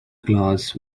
clause